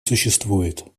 существует